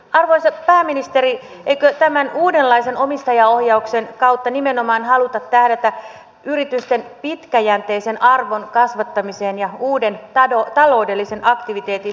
arvoisa pääministeri eikö tämän uudenlaisen omistajaohjauksen kautta nimenomaan haluta tähdätä yritysten pitkäjänteisen arvon kasvattamiseen ja uuden taloudellisen aktiviteetin synnyttämiseen suomessa